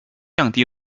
降低